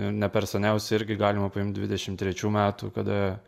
ne per seniausiai irgi galima paimt dvidešimt trečių metų kada